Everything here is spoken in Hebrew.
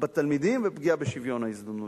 בתלמידים ופגיעה בשוויון ההזדמנויות.